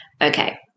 Okay